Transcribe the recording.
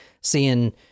seeing